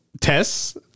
Tests